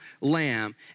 lamb